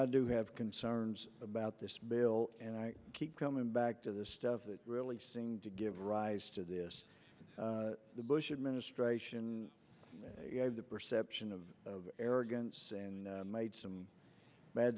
i do have concerns about this bill and i keep coming back to the stuff that really seemed to give rise to this the bush administration the perception of arrogance and made some bad